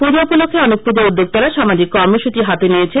পূজা উপলক্ষ্যে অনেক পূজা উদ্যোক্তারা সামাজিক কর্মসূচি হাতে নিয়েছেন